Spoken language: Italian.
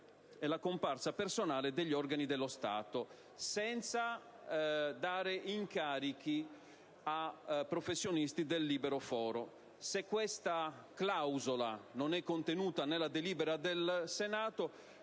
e la comparsa personale degli organi dello Stato senza dare incarichi a professionisti del libero foro. Se questa clausola non fosse contenuta nella deliberazione del Senato,